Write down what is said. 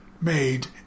made